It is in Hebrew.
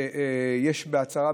שיש בה הצהרה,